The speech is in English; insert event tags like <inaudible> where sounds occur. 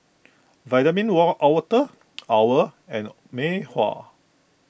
Vitamin <unintelligible> Water <noise> Owl and Mei Hua